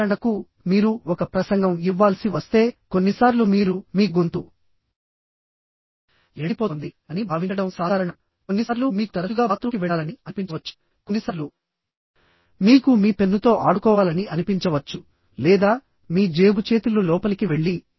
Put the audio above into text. ఉదాహరణకు మీరు ఒక ప్రసంగం ఇవ్వాల్సి వస్తే కొన్నిసార్లు మీరు మీ గొంతు ఎండిపోతోంది అని భావించడం సాధారణం కొన్నిసార్లు మీకు తరచుగా బాత్రూమ్కి వెళ్లాలని అనిపించవచ్చు కొన్నిసార్లు మీకు మీ పెన్నుతో ఆడుకోవాలని అనిపించవచ్చు లేదా మీ జేబు చేతులు లోపలికి వెళ్లి